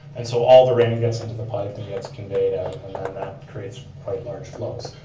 and so all the rain gets into the pipe and gets conveyed out, and then that creates quite large flows.